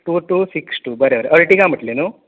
four two six two बरें बरें Ertiga म्हणलें न्हय